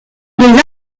des